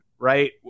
Right